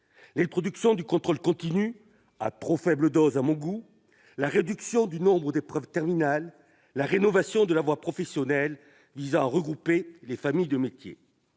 l'introduction du contrôle continu, à trop faible dose à mon goût ; la réduction du nombre d'épreuves terminales ; la rénovation de la voie professionnelle visant à regrouper les familles de métiers.